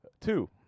Two